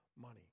money